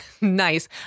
nice